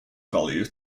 value